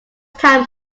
time